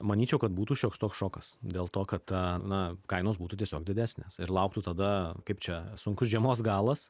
manyčiau kad būtų šioks toks šokas dėl to kad ta na kainos būtų tiesiog didesnės ir lauktų tada kaip čia sunkus žiemos galas